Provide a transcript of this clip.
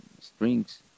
strings